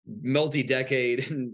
multi-decade